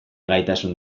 gaitasun